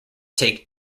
take